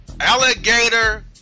alligator